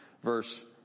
Verse